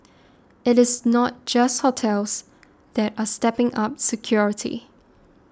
it is not just hotels that are stepping up security